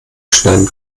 schneiden